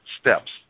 steps